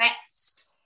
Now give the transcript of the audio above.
best